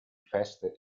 feste